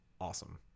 awesome